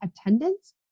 attendance